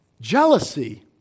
Jealousy